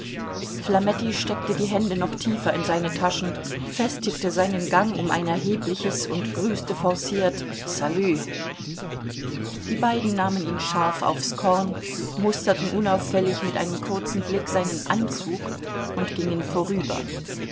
flametti steckte die hände noch tiefer in seine taschen festigte seinen gang um ein erhebliches und grüßte forciert salü die beiden nahmen ihn scharf aufs korn musterten unauffällig mit einem kurzen blick seinen anzug und gingen vorüber